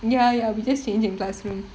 ya ya we just change in the classroom then